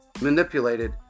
manipulated